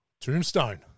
Tombstone